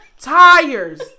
Tires